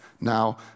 now